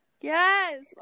Yes